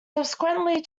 subsequently